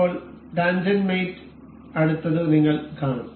ഇപ്പോൾ ടാൻജെന്റ് മേറ്റ് അടുത്തത് നിങ്ങൾ കാണും